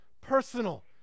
personal